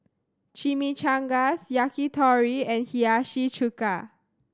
Chimichangas Yakitori and Hiyashi Chuka